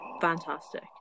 fantastic